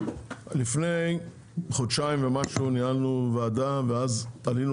לפני חודשיים ומשהו ניהלנו ועדה ואז עלינו